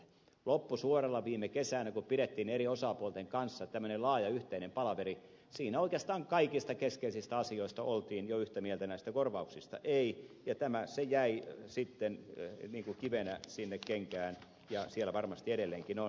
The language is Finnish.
loppusuoralla viime kesänä kun pidettiin eri osapuolten kanssa tämmöinen laaja yhteinen palaveri siinä oikeastaan kaikista keskeisistä asioista oltiin jo yhtä mieltä näistä korvauksista ei ja se jäi sitten niin kuin kivenä sinne kenkään ja siellä varmasti edelleenkin on